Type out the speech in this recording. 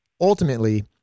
ultimately –